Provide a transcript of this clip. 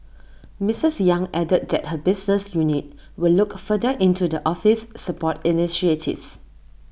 Missus yang added that her business unit will look further into the office's support initiatives